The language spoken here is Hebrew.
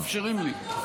לא מאפשרים לי.